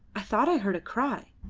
i thought i heard a cry.